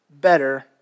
better